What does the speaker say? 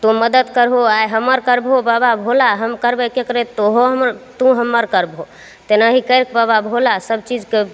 तोँ मदति करहो आइ हमर करबहो बाबा भोला हम करबै ककरे तोँहो हमर तोँ हमर करबहो तेनाहि करिके बाबा भोला सबचीजके